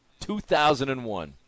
2001